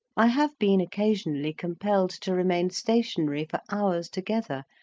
i have been occasionally compelled to remain stationary for hours together,